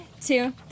two